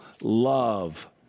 love